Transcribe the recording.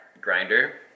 grinder